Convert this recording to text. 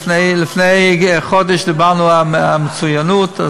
לפני חודש דיברנו על המצוינות.